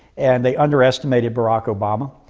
and they underestimated barack obama.